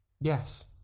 Yes